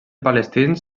palestins